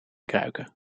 kruiken